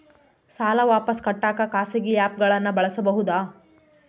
ಸಾಲ ವಾಪಸ್ ಕಟ್ಟಕ ಖಾಸಗಿ ಆ್ಯಪ್ ಗಳನ್ನ ಬಳಸಬಹದಾ?